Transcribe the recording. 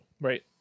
Right